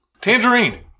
Tangerine